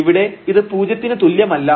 ഇവിടെ ഇത് പൂജ്യത്തിന് തുല്യമല്ല